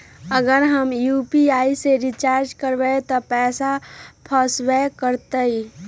अगर हम यू.पी.आई से रिचार्ज करबै त पैसा फसबो करतई?